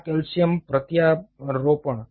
આ કેલ્શિયમ પ્રત્યારોપણ